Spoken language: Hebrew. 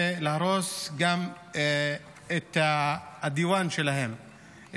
ולהרוס גם את הדיוואן שלהם,